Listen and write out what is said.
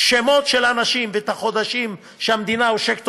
שמות של אנשים ואת החודשים שהמדינה עושקת